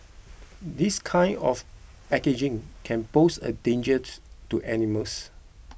this kind of packaging can pose a dangers to animals